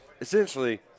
Essentially